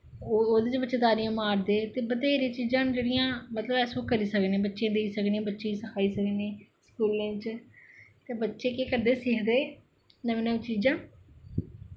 ओह्दे बिच्च तारियां मारदे ते बथैह्रियां चीजां न जेह्ड़ियां अस बच्चें गी देई सकने बच्चें गी सखाई सकने स्कूलें च ते बच्चे केह् करदे सिखदे नमीं नमीं चीजां